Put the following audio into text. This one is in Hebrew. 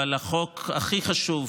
אבל החוק הכי חשוב,